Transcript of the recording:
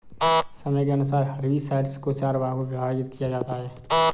समय के अनुसार हर्बिसाइड्स को चार भागों मे विभाजित किया है